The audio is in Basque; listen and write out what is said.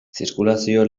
zirkulazioa